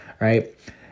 right